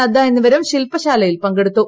നദ്ദ എന്നിവരും ശില്പശാലയിൽ പങ്കെടുത്തു